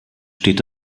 steht